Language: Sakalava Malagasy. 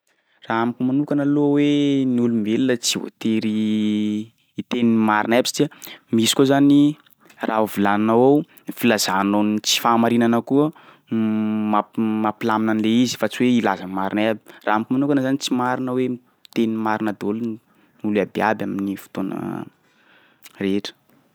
Raha amiko manokana aloha hoe ny olombelona tsy voatery hiteny ny marina iaby satria misy koa zany raha volaninao ao filazanao ny tsy fahamarinana koa mamp- mampilamina an'le izy fa tsy hoe ilaza ny marina iaby, raha amiko manokana zany tsy marina hoe miteny ny marina daholy ny ny olo iabiaby amin'ny fotoana rehetra.